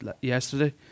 yesterday